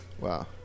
Wow